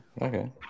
Okay